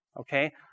Okay